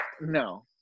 no